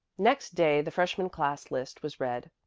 next day the freshman class list was read,